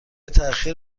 تاخیر